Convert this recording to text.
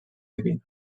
divina